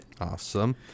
awesome